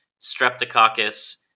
Streptococcus